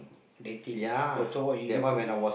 dating ah oh so what you you